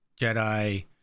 Jedi